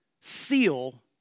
seal